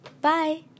Bye